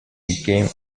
became